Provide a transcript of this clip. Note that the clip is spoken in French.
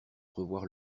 revoir